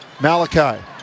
Malachi